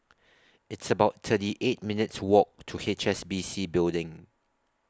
It's about thirty eight minutes' Walk to H S B C Building